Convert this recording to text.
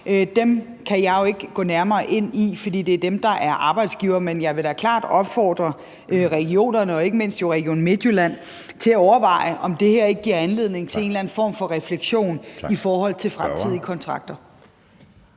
Dem kan jeg ikke gå nærmere ind i, fordi det er regionen, der er arbejdsgiver, men jeg vil da klart opfordre regionerne og jo ikke mindst Region Midtjylland til at overveje, om det her ikke giver anledning til en eller anden form for refleksion i forhold til fremtidige kontrakter.